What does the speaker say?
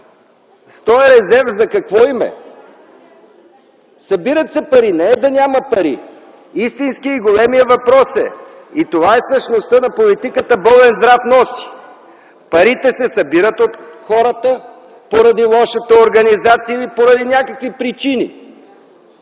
този резерв за какво им е? Събират се пари, не е да няма пари - истинският и големият въпрос е, и това е същността на политиката „болен здрав носи”. Парите се събират от хората поради лошата организация или поради някакви причини.